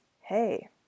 hey